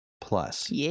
Plus